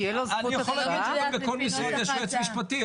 אני יכול להגיד בכל משרד יש יועץ משפטי,